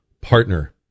partner